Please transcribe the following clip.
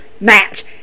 match